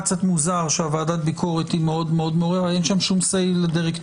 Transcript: כי זה נראה קצת מוזר לגבי ועדת ביקורת אין שם שום say לדירקטוריון.